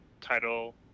title